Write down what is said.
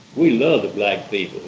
we loved like the